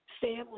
family